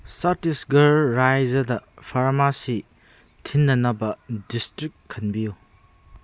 Chhattisgarh raised ꯐꯥꯔꯃꯥꯁꯤ ꯊꯤꯅꯅꯕ district ꯈꯟꯕꯤꯌꯨ